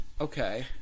Okay